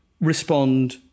respond